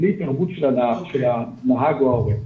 בלי התערבות של הנהג או ההורה.